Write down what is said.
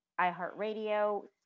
iHeartRadio